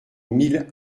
mille